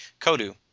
Kodu